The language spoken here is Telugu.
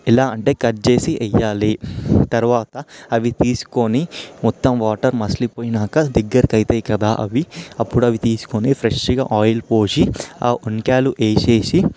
ఎలా అంటే కట్ చేసి వేయాలి తరువాత అవి తీసుకొని మొత్తం వాటర్ మసిలి పోయాక దగ్గరికి అవుతాయి కదా అవి అప్పుడవి తీసుకొని ఫ్రెష్గా ఆయిల్ పోసి ఆ వంకాయలు వేసేసి